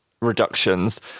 reductions